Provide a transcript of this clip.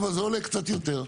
אבל זה עולה קצת יותר.